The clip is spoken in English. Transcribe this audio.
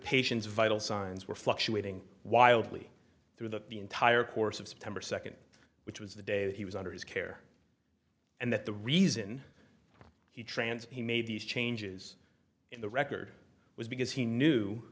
patients vital signs were fluctuating wildly through the entire course of september second which was the day that he was under his care and that the reason he transferred he made these changes in the record was because he knew